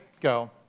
Go